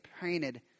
painted